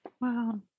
Wow